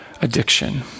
Addiction